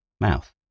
Mouth